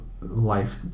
life